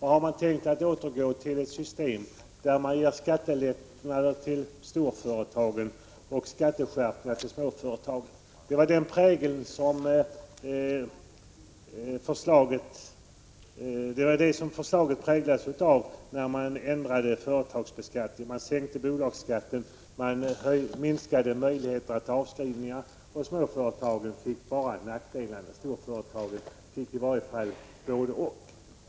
Har man tänkt återgå till ett system där man ger skattelättnader till storföretagen och skatteskärpningar till småföretagen? Det var detta som förslaget präglades av när man ändrade företagsbeskattningen — man sänkte bolagsskatten och minskade möjligheterna till avskrivningar. Småföretagen fick bara nackdelar, medan storföretagen i varje fall fick både — och.